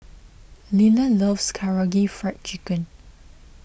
Liller loves Karaage Fried Chicken